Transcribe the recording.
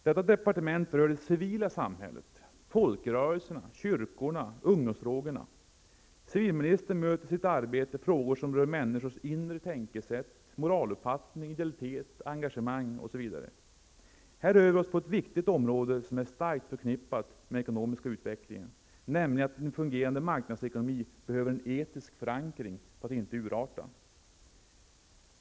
Detta departement ansvarar för det civila samhället; folkrörelserna, kyrkorna, ungdomsfrågorna. Civilministern möter i sitt arbete frågor som rör människors inre tänkesätt, moraluppfattning, idealitet, engagemang osv. Här rör vi oss på ett viktigt område som är starkt förknippat med den ekonomiska utvecklingen, nämligen att en fungerande marknadsekonomi behöver en etisk förankring för att inte urarta.